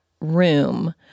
room